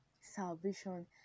Salvation